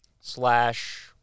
slash